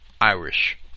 Irish